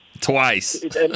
twice